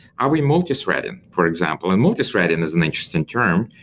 are we multithreading, for example? and multithreading is an interesting term.